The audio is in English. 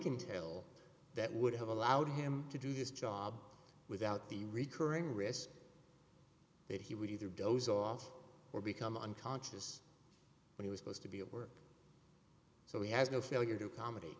can tell that would have allowed him to do this job without the recurring risk that he would either doze off or become unconscious when he was supposed to be at work so he has no failure to accom